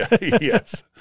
Yes